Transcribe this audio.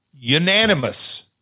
unanimous